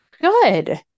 Good